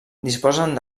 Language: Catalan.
disposen